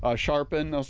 ah sharpen, ah